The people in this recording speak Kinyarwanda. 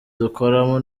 dukoramo